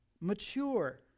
mature